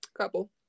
Couple